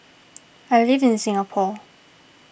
I live in Singapore